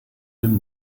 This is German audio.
dem